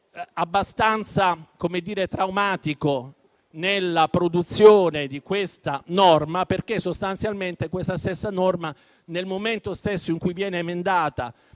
abbastanza traumatico nella produzione di questa norma, perché sostanzialmente questa stessa norma, nel momento stesso in cui viene emendata